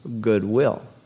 goodwill